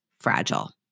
fragile